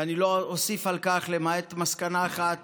ואני לא אוסיף על כך, למעט מסקנה אחת